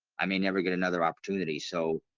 i may never get another opportunity. so